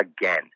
again